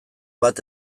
bat